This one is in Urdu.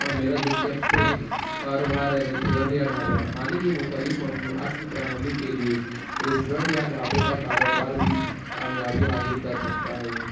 اور میرا دلچسپ کاروبار ہے ریسٹورنٹ یا ڈھابا کھانے کے مختلف مصنوعات کی فراہمی کے لیے ریسٹورنٹ یا ڈھابے کا کاروبار بھی کامیابی حاصل کر سکتا ہے